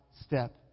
step